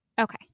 Okay